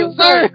sir